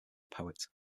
poet